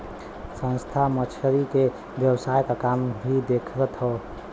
संस्था मछरी के व्यापार क काम भी देखत हौ